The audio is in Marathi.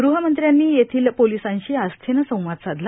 गृहमंत्र्यांनी येथील पोलिसांशी आस्थैने संवाद साधला